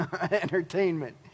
Entertainment